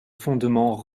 fondements